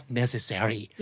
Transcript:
necessary